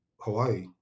Hawaii